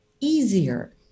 easier